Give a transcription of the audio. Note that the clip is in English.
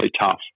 tough